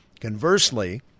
Conversely